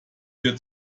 wir